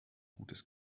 gutes